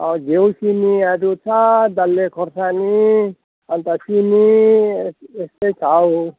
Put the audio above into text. घिउ सिमीहरू छ डल्ले खोर्सानी अन्त सिमी यस्तै छ हौ